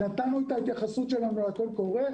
נתנו את ההתייחסות שלנו לקול קורא,